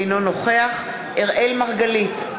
אינו נוכח אראל מרגלית,